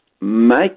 make